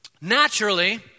Naturally